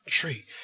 tree